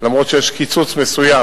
אף-על-פי שיש קיצוץ מסוים,